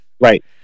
right